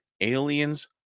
Aliens